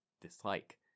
dislike